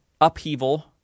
upheaval